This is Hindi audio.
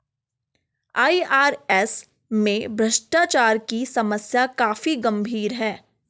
आई.आर.एस में भ्रष्टाचार की समस्या काफी गंभीर है